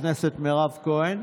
חברת הכנסת מירב כהן.